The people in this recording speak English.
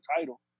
title